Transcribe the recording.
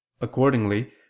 Accordingly